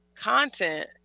content